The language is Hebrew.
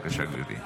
בבקשה, גברתי.